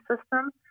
system